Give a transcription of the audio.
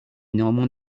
néanmoins